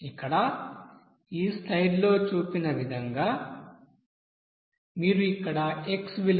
ఇక్కడ ఈ స్లయిడ్లో చూపినట్లుగా మీరు ఇక్కడ x విలువను 0